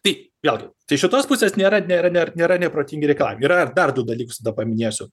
tai vėlgi tai iš šitos pusės nėra nėra nėr nėra neprotingi reikalavimai yra dar du dalykus da paminėsiu